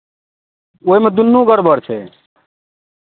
ओहिमे दुनू गड़बड़ छै